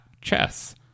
chess